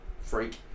Freak